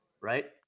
right